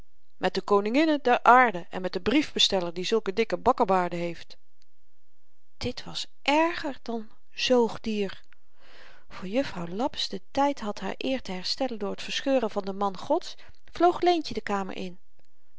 met de koningen der aarde en met den briefbesteller die zulke dikke bakkebaarden heeft dit was èrger dan zoogdier voor juffrouw laps den tyd had haar eer te herstellen door t verscheuren van den man gods vloog leentje de kamer in